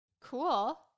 Cool